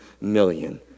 million